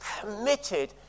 committed